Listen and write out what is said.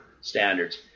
standards